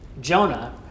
Jonah